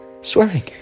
swearing